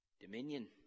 dominion